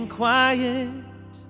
quiet